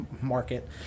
market